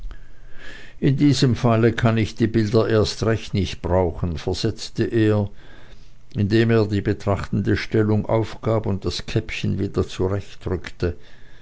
in diesem falle kann ich die bilder erst recht nicht brauchen versetzte er indem er die betrachtende stellung aufgab und das käppchen wieder zurechtrückte